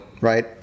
right